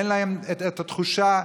אין להם את התחושה.